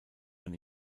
man